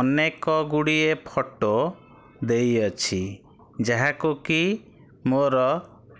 ଅନେକ ଗୁଡ଼ିଏ ଫଟୋ ଦେଇଅଛି ଯାହାକୁ କି ମୋର